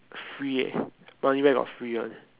free eh money where got free one